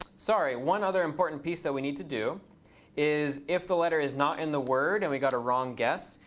sorry. one other important piece that we need to do is if the letter is not in the word and we got a wrong guess,